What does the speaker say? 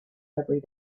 every